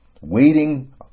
waiting